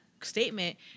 statement